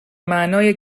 معنای